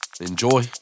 Enjoy